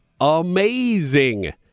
amazing